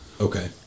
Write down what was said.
Okay